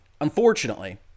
Unfortunately